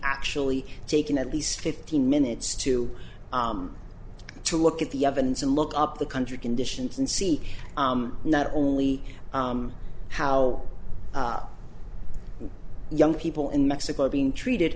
actually taken at least fifteen minutes to to look at the evidence and look up the country conditions and see not only how young people in mexico being treated